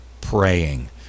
praying